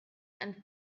and